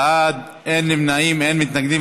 81 בעד, אין נמנעים, אין מתנגדים.